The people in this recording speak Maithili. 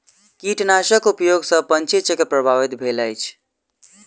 कीटनाशक उपयोग सॅ पंछी चक्र प्रभावित भेल अछि